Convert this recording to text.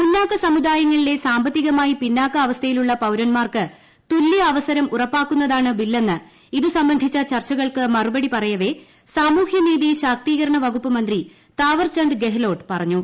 മുന്നാക്ക സമുദായങ്ങളിലെ സാമ്പത്തികമായി പിന്നാക്ക അവസ്ഥയുള്ള പൌരൻമാർക്ക് തുല്യ അവസരം ഉറപ്പാക്കുന്നതാണ് ബില്ലെന്ന് ഇതു സംബന്ധിച്ചു ചർച്ചകൾക്ക് മറുപടി പറയവെ സാമൂഹ്യനീതി ശാക്തീകരണ വകുപ്പ് മന്ത്രി താവർ ചന്ദ് ഗെഹ്ലോട്ട് പറഞ്ഞു